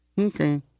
Okay